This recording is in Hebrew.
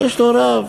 יש לו רב,